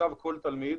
מצב כל תלמיד.